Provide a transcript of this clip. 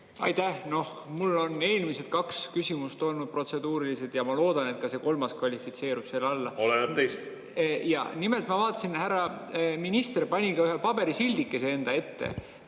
Aitäh! Mul on eelmised kaks küsimust olnud protseduurilised ja ma loodan, et ka see kolmas kvalifitseerub selle alla. Oleneb teist. Oleneb teist. Nimelt, ma vaatasin, et härra minister pani ühe paberisildikese enda ette.